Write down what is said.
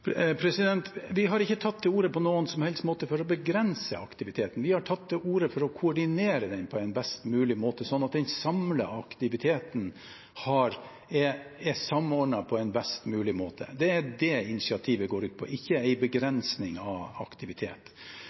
Vi har ikke på noen som helst måte tatt til orde for å begrense aktiviteten – vi har tatt til orde for å koordinere den på en best mulig måte, slik at den samlede aktiviteten er samordnet på en best mulig måte. Det er det initiativet går ut på, ikke en begrensning av